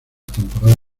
temporada